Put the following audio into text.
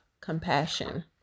compassion